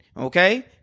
Okay